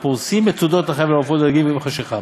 ופורסים מצודות לחיה ולעופות ולדגים עם חשכה